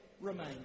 remain